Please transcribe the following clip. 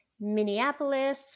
Minneapolis